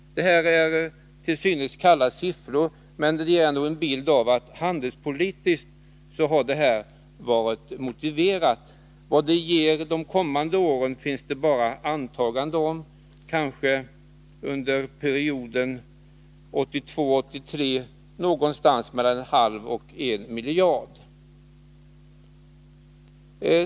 Dessa kalla siffror ger trots allt en bild av att medlemskapet handelspolitiskt har varit motiverat. För de kommande åren finns det bara antaganden, för perioden 1982/83 om kanske en export på mellan en halv och en miljard.